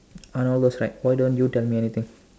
on all those right why don't you tell me anything